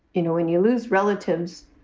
you know, when you lose relatives,